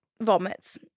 vomits